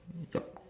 yup